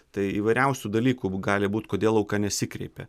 tai įvairiausių dalykų gali būti kodėl auka nesikreipė